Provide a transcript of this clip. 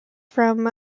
from